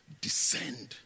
descend